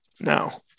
No